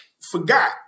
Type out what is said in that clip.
forgot